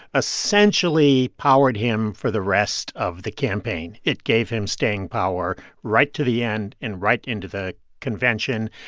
essentially powered him for the rest of the campaign. it gave him staying power right to the end and right into the convention.